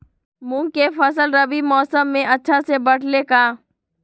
मूंग के फसल रबी मौसम में अच्छा से बढ़ ले का?